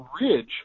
ridge